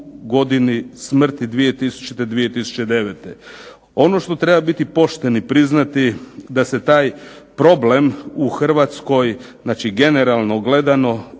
godini smrti 2000.-2009. Ono što treba biti pošten i priznati da se taj problem u Hrvatskoj, znači generalno gledano